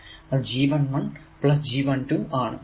അത് G11G12 ആണ്